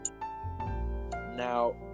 Now